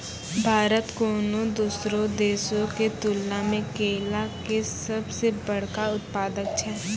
भारत कोनो दोसरो देशो के तुलना मे केला के सभ से बड़का उत्पादक छै